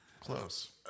Close